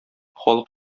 халык